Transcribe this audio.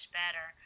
better